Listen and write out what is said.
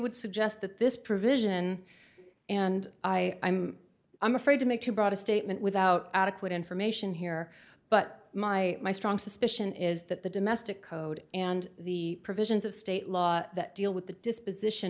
would suggest that this provision and i i'm i'm afraid to make too broad a statement without adequate information here but my my strong suspicion is that the domestic code and the provisions of state law that deal with the disposition